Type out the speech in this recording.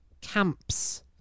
camps